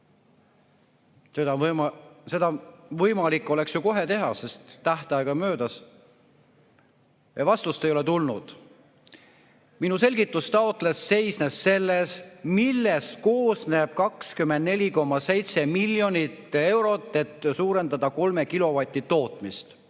oleks võimalik ju kohe teha, sest tähtaeg on möödas. Vastust ei ole tulnud. Minu selgitustaotlus seisnes selles, millest koosneb 24,7 miljonit eurot, et suurendada tootmist